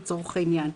לצורך העניין.